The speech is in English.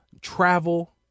travel